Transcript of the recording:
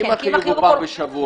מה אם החיוב הוא פעם בשבוע?